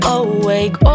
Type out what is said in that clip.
awake